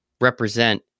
represent